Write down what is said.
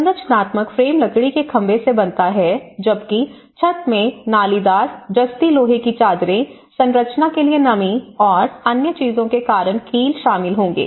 संरचनात्मक फ्रेम लकड़ी के खंभे से बनता है जबकि छत में नालीदार जस्ती लोहे की चादरें संरचना के लिए नमी और अन्य चीजों के कारण कील शामिल होंगे